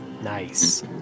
Nice